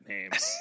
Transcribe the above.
Names